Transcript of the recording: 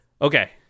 Okay